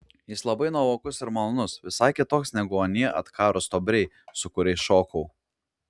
jis labai nuovokus ir malonus visai kitoks negu anie atkarūs stuobriai su kuriais šokau